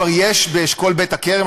כבר יש באשכול בית-הכרם,